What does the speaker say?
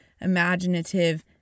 imaginative